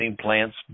plants